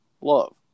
love